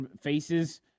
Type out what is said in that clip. faces